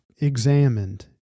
examined